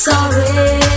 Sorry